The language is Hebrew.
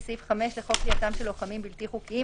סעיף 5 לחוק כליאתם של לוחמים בלתי חוקיים,